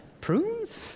Prunes